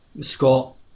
Scott